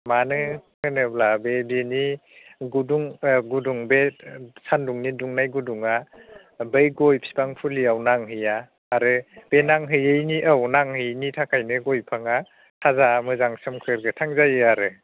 मानो होनोब्ला बे बिनि गुदुं ओ गुदुं बे सानदुंनि दुंनाय गुदुङा ओमफ्राय गय फिफां फुलियाव नांहैया आरो बे नांहैयैनि औ नांहैयिनि थाखायनो गय बिफांआ थाजा मोजां सोमखोर गोथां जायो आरो